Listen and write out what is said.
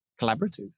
collaborative